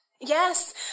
Yes